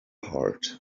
heart